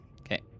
Okay